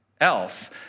else